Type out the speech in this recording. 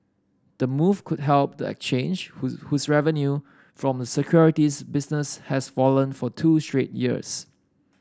the move could help the exchange whose whose revenue from the securities business has fallen for two straight years